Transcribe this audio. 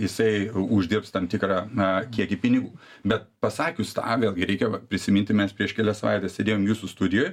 jisai uždirbs tam tikrą na kiekį pinigų bet pasakius tą vėlgi reikia va prisiminti mes prieš kelias savaites sėdėjom jūsų studijoj